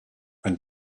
and